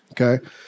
Okay